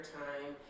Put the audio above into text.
time